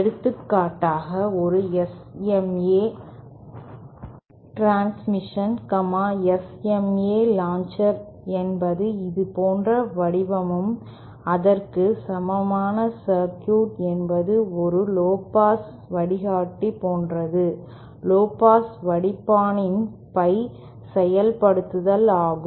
எடுத்துக்காட்டாக ஒரு SMA transition SMA launcher என்பது இது போன்ற வடிவமும் அதற்கு சமமான சர்க்யூட் என்பது ஒரு லோபாஸ் வடிகட்டி போன்றது லோபாஸ் வடிப்பானின் பை செயல்படுத்தல் ஆகும்